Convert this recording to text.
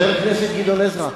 חבר הכנסת גדעון עזרא,